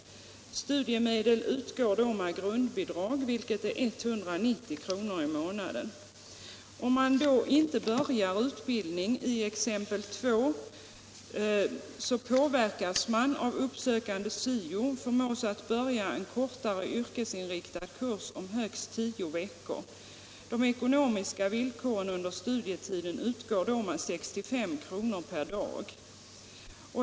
Studiemedel utgår då med grund = för utbildning och bidrag, vilket är 190 kr. i månaden. praktikarbete för Exempel 2: Elev som inte börjar utbildning direkt efter grundskolan = ungdom ”påverkas” av uppsökande syo och förmås att börja en kortare yrkesinriktad kurs på högst tio veckor. De ekonomiska bidragen under studietiden utgår då med 65 kr. per dag.